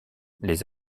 les